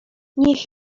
niech